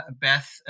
Beth